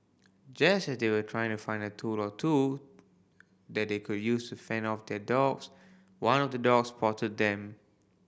just as they were trying to find a tool or two that they could use to fend off the dogs one of the dogs spotted them